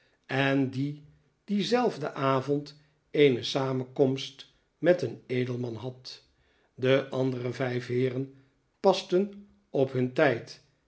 en die dienzelfden avond eene samenkomst met een edelman had de andere vijf heeren pasten op hun tijd